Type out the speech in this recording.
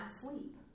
sleep